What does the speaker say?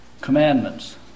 commandments